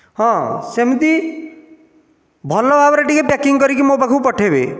ହଁ ସେମିତି ଭଲ ଭାବେରେ ଟିକିଏ ପ୍ୟାକିଂ କରିକି ମୋ' ପାଖକୁ ପଠେଇବେ